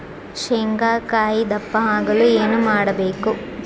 ಶೇಂಗಾಕಾಯಿ ದಪ್ಪ ಆಗಲು ಏನು ಮಾಡಬೇಕು?